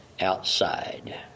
outside